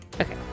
Okay